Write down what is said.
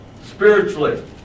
Spiritually